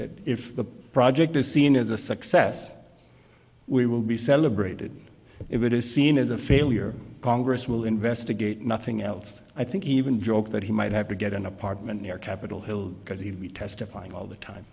that if the project is seen as a success we will be celebrated if it is seen as a failure congress will investigate nothing else i think even joked that he might have to get an apartment near capitol hill because he'd be testifying all the time